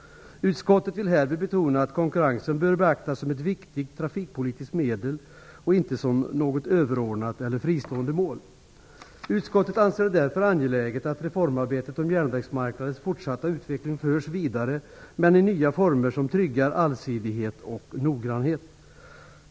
Utskottet vill härvid betona att konkurrensen bör beaktas som ett viktigt trafikpolitiskt medel och inte som något överordnat eller fristående mål. Utskottet anser det därför angeläget att reformarbetet om järnvägsmarknadens fortsatta utveckling förs vidare men i nya former som tryggar allsidighet och noggrannhet.